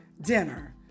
dinner